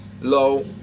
low